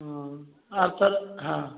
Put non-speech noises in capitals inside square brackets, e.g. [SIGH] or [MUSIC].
ହୁଁ [UNINTELLIGIBLE] ହଁ